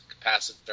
capacitor